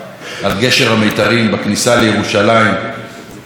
על גשר המיתרים בכניסה לירושלים המשפחה,